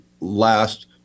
last